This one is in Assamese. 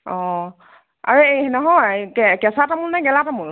অ আৰু এই নহয় কেঁচা তামোলনে গেলা তামোল